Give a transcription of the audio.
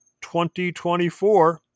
2024